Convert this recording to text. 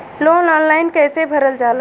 Loan online कइसे भरल जाला?